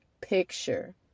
picture